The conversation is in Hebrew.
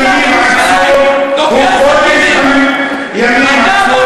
חודש ימים עצור, הוא חודש ימים עצור,